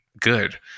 good